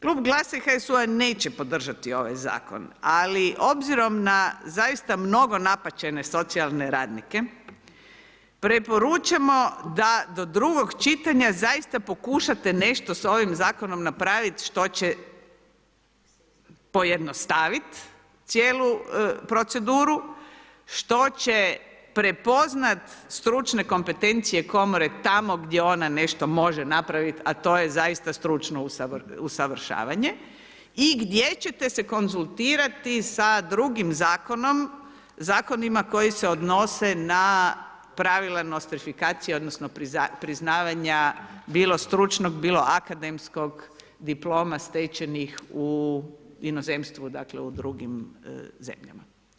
Klub GLAS-a i HSU-a neće podržati ovaj zakon ali obzirom na zaista mnogo napaćene socijalne radnike, preporučamo da do drugog čitanja zaista pokušate nešto sa ovim zakonom napraviti što će pojednostaviti cijelu proceduru, što će prepoznati stručne kompetencije komore tamo gdje ona nešto može napraviti a to je zaista stručno usavršavanje i gdje ćete se konzultirati sa drugim zakonima koji se odnose na pravila nostrifikacije odnosno priznavanja bilo stručnog bilo akademskog, diploma stečenih u inozemstvu, dakle u drugim zemljama.